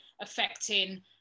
affecting